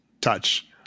touch